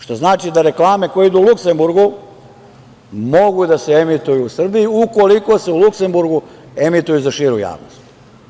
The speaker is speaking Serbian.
Što znači da reklame koje idu u Luksenburgu mogu da se emituju u Srbiju, ukoliko se u Luksenburgu emituju za širu javnost.